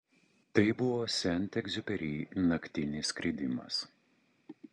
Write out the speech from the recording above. tai buvo sent egziuperi naktinis skridimas